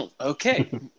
okay